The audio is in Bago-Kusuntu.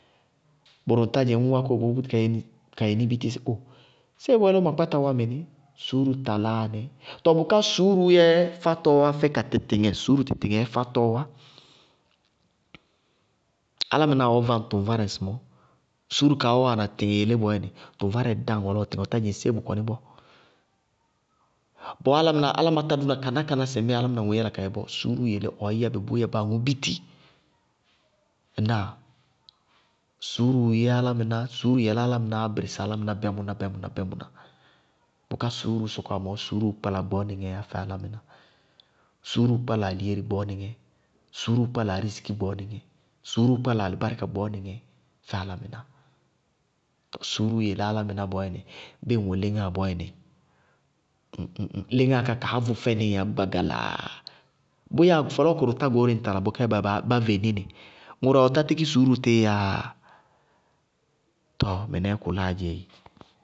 Bʋrʋ ŋtá ññ búti ka wá kóo bʋʋ búti ka yɛnɩ biti sɩ óo, séé bʋyɛ lɔ ma kpáta wá mɩnɩ? Suúru taláa nɩ. Tɔɔ bʋká suúru yɛ fátɔɔwá fɛ ka tɩtɩŋɛ, suúru tɩtɩŋɛ yɛ fátɔɔwá. Álámɩná wɔɔ váŋ tʋŋvárɛ ŋsɩmɔɔ. Suúru kaá tɩtɩŋɛɛ yelé bɔɔyɛnɩ tʋŋvárɛɛ dáŋ ɔlɔ ɔ tɩtɩŋɛ ɔ tá dzɩŋ séé bʋ kɔnɩ ññ bɔɔ. Bɔɔ álámɩná, áláma tá dʋna kánákáná sɩ álámɩná todzéé yála ka yɛ bɔɔ bɔɔ, suúruu yelé ɔɔ yɛbɩ bʋʋ yɛ báaŋʋ biti, ŋnáa? Suúruu yɛ álámɩná, suúruu yelé álámɩnáá bɩrɩsɩ álámɩná bɩmʋná-bɩmʋná- bɩmʋná. Bʋká suúruu sɔkɔwá mɔɔ, suúruu kpála gbɔɔnɩŋɛ yá fɛ álámɩná. Suúruú kpála alihééri gbɔɔnɩŋɛ, suúruu kpála ariziki gbɔɔnɩŋɛ, suúru kpála alɩbarɩka gbɔɔnɩŋɛ fɛ álámɩná. Suúruú yelé álámɩná bɔɔyɛnɩ bɩɩ ŋwɛ léŋáa bɔɔyɛnɩ léŋáa ká kaá bʋ fɛnɩɩyá gbagalaa. Bʋyáa fɔlɔɔkʋrʋ tá goóre ñŋ tala na bá venɩ nɩ. Ŋʋrʋwɛ ɔ tá tɩkɩ suúrutɩɩ yáa? Tɔɔ mɩnɛɛ kʋláaá dzɛeee.